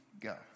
go